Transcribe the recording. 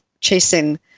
chasing